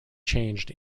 changed